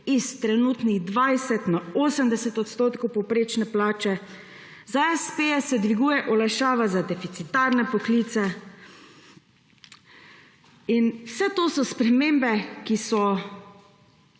s trenutnih 20 na 80 odstotkov povprečne plače, za espeje se dviguje olajšava za deficitarne poklice. Vse to so spremembe, ki so